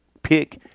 pick